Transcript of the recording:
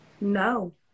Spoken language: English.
No